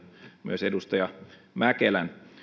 myös edustaja mäkelän